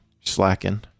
slacking